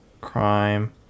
crime